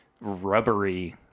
rubbery